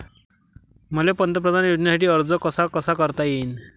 मले पंतप्रधान योजनेसाठी अर्ज कसा कसा करता येईन?